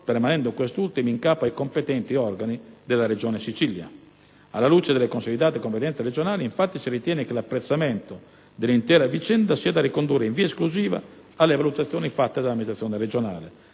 permanendo quest'ultima in capo ai competenti organi della Regione Siciliana. Alla luce delle consolidate competenze regionali, infatti, si ritiene che l'apprezzamento dell'intera vicenda sia da ricondurre, in via esclusiva, alle valutazioni fatte dall'amministrazione regionale.